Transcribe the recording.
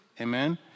Amen